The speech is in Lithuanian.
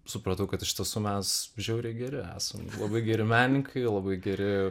supratau kad iš tiesų mes žiauriai geri esam labai geri menininkai labai geri